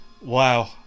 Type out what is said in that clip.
wow